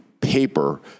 paper